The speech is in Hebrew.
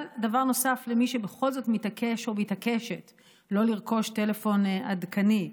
אבל דבר נוסף למי שבכל זאת מתעקש או מתעקשת לא לרכוש טלפון עדכני,